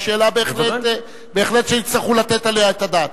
היא שאלה בהחלט שיצטרכו לתת עליה את הדעת.